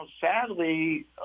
Sadly